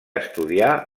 estudiar